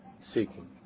seeking